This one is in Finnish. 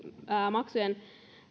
maksujen